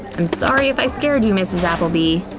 i'm sorry if i scared you, mrs. applebee.